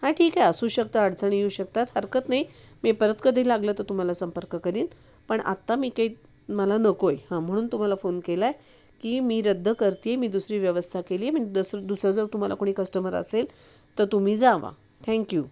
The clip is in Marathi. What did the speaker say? हा ठीक आहे असू शकतं अडचणी येऊ शकतात हरकत नाही मी परत कधी लागलं तर तुम्हाला संपर्क करीन पण आत्ता मी काही मला नको आहे हां म्हणून तुम्हाला फोन केला आहे की मी रद्द करते आहे मी दुसरी व्यवस्था केली आहे म्हणजे दसर दुसरं जर तुम्हाला कोणी कस्टमर असेल तर तुम्ही जा थँक्यू